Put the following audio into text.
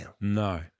No